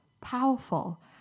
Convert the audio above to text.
powerful